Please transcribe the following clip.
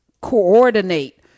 Coordinate